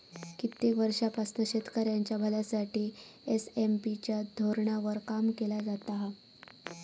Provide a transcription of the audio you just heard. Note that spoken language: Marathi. कित्येक वर्षांपासना शेतकऱ्यांच्या भल्यासाठी एस.एम.पी च्या धोरणावर काम केला जाता हा